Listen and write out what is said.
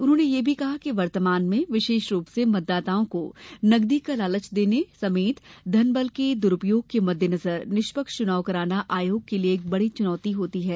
उन्होंने यह भी कहा कि वर्तमान में विशेष रूप से मतदाताओं को नकदी का लालच देने समेत धन बल के दुरूपयोग के मद्देनजर निष्पक्ष चुनाव कराना आयोग के लिए एक बड़ी चुनौती होती है